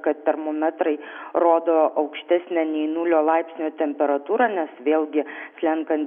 kad termometrai rodo aukštesnę nei nulio laipsnių temperatūrą nes vėlgi slenkant